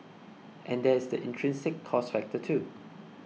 and there is the intrinsic cost factor too